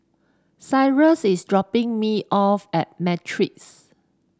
cyrus is dropping me off at Matrix